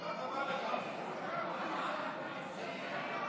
ההצבעה היא על העמדה שהציג ראש